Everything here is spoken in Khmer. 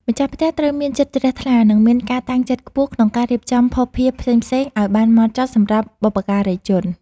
ម្ចាស់ផ្ទះត្រូវមានចិត្តជ្រះថ្លា និងមានការតាំងចិត្តខ្ពស់ក្នុងការរៀបចំភស្តុភារផ្សេងៗឱ្យបានហ្មត់ចត់សម្រាប់បុព្វការីជន។